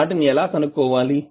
వాటిని ఎలా కనుక్కోవాలి